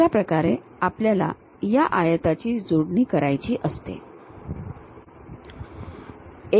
अशा प्रकारे आपल्याला या आयताची जोडणी करायची असतॆ